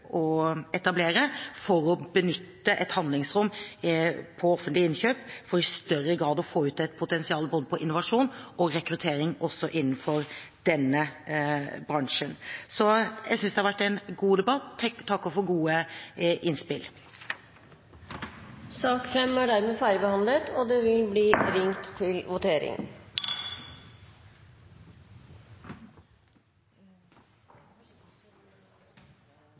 å etablere, for å benytte et handlingsrom på offentlige innkjøp for i større grad å få ut et potensial både på innovasjon og på rekruttering innenfor denne bransjen. Jeg synes det har vært en god debatt, og jeg takker for gode innspill. Sak nr. 5 er dermed ferdigbehandlet. Da er Stortinget klar til å gå til votering.